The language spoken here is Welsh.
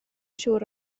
siŵr